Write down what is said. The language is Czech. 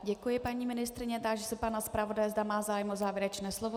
Děkuji paní ministryni a táži se pana zpravodaje, zda má zájem o závěrečné slovo.